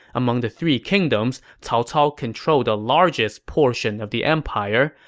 among the three kingdoms, cao cao controlled the largest portion of the empire,